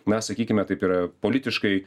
na sakykime taip yra politiškai